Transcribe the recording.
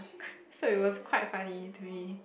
so it was quite funny to me